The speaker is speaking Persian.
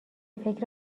فکر